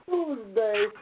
Tuesday